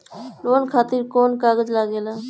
Loan खातिर कौन कागज लागेला?